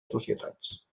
societats